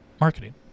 marketing